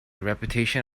reputation